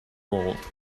world